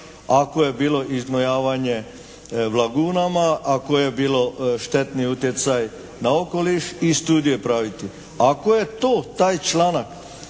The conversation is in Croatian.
ako je bilo iznojavanje v lagunama, ako je bilo štetnih utjecaj na okoliš i studije praviti. Ako je to taj članak